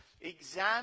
Examine